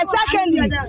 secondly